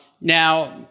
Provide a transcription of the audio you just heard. now